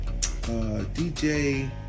DJ